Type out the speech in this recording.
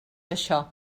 això